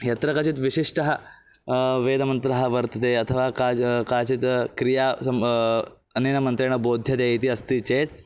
यत्र क्वचित् विशिष्टः वेदमन्त्रः वर्तते अथवा काच् काचित् क्रिया अन्येन मन्त्रेण बोध्यते इति अस्ति चेत्